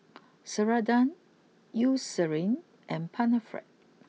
Ceradan Eucerin and Panaflex